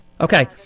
Okay